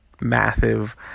massive